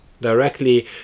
directly